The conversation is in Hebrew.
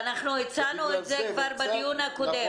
ואנחנו הצענו את זה כבר בדיון הקודם.